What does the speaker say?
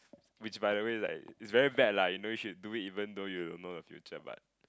which by the way like it's very bad lah you know you should do it even though you know the future but